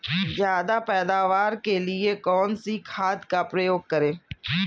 ज्यादा पैदावार के लिए कौन सी खाद का प्रयोग करें?